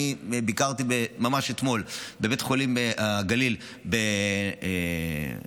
אני ביקרתי אתמול בבית חולים הגליל בנהריה,